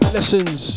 Lessons